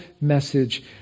message